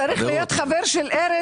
צריך להיות חבר של ארז?